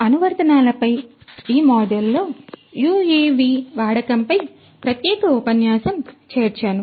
అనువర్తనాలపై ఈ మాడ్యూల్లో యుఎవిల వాడకంపై ప్రత్యేక ఉపన్యాసం చేర్చాను